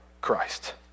Christ